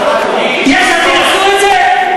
יש עתיד עשו את זה?